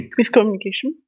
miscommunication